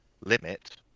limit